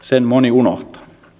sen moni unohtaa